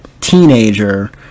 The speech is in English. teenager